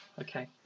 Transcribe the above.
Okay